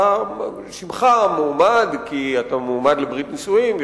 שמך מועמד כי אתה מועמד לברית נישואים,